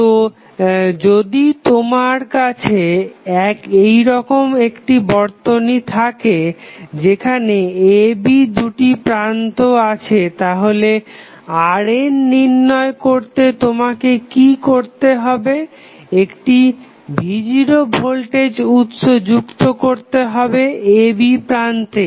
তো যদি তোমার কাছে এইরকম একই বর্তনী থাকে যেখানে a b দুটি প্রান্ত আছে তাহলে RN নির্ণয় করতে তোমাকে কি করতে হবে একটি v0 ভোল্টেজ উৎস যুক্ত করতে হবে a b প্রান্তে